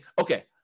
okay